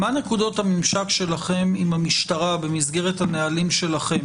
מה נקודות הממשק שלכם עם המשטרה במסגרת הנהלים שלכם?